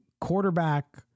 quarterback